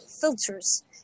filters